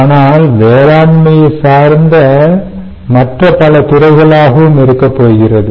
ஆனால் வேளாண்மையை சார்ந்த மற்ற பல துறைகளாகவும் இருக்கப்போகிறது